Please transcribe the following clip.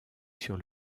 sur